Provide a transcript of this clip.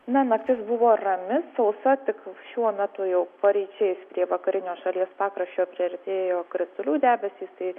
na naktis buvo rami sausa tik šiuo metu jau paryčiais prie vakarinio šalies pakraščio priartėjo kritulių debesys tai